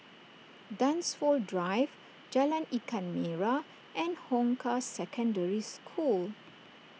Dunsfold Drive Jalan Ikan Merah and Hong Kah Secondary School